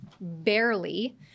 barely